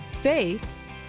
Faith